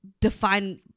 define